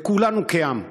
וכולנו כעם: